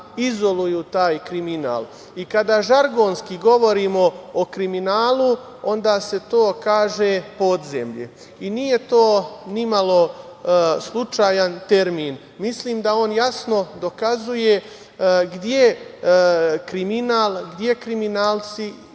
izoluju taj kriminal. Kada žargonski govorimo o kriminalu, onda se kaže - podzemlje. Nije to ni malo slučajan termin. Mislim da on jasno dokazuje gde kriminal, gde kriminalci,